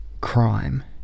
Crime